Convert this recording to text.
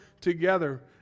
together